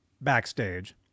backstage